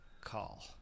call